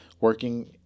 working